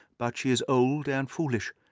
but she is old and foolish,